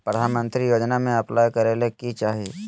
प्रधानमंत्री योजना में अप्लाई करें ले की चाही?